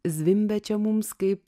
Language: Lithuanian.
zvimbia čia mums kaip